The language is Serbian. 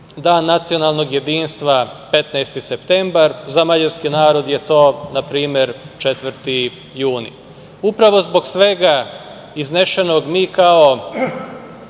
Dan nacionalnog jedinstva 15. septembar, za mađarski narod je to, na primer, 4. jun. Upravo zbog svega iznesenog, mi kao